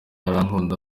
arankunda